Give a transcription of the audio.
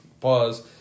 pause